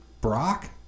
Brock